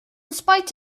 spite